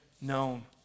known